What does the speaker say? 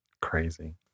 Crazy